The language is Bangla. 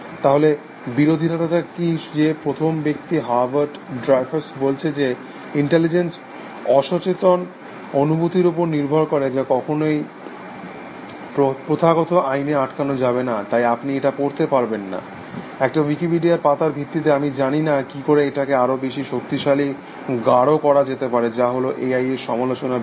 তাহলে বিরোধিতাটা কি যে প্রথম ব্যক্তি হার্বাট ড্রাইফুস বলেছে যে ইন্টেলিজেন্স অসচেতন অনুভূতির ওপর নির্ভর করে যা কখনওই প্রথাগত আইনে আটকানো যাবে না তাই আপনি এটা পড়তে পারবেন না একটা উইকিপিডিয়ার পাতার ভিত্তিতে আমি জানি না কি করে এটাকে আরো বেশি শক্তিশালী গাঢ় করা যেতে পারে যা হল এআই এর সমালোচনা বিদ্যা